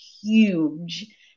huge